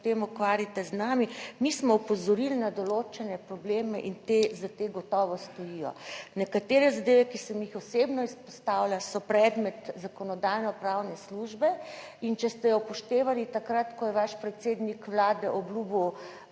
pa se potem ukvarjajte z nami. Mi smo opozorili na določene probleme in te, za te gotovo stojijo. Nekatere zadeve, ki sem jih osebno izpostavila, so predmet Zakonodajno-pravne službe, in če ste jo upoštevali takrat, ko je vaš predsednik Vlade obljubil